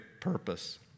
purpose